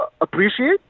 appreciate